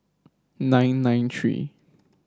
nine nine three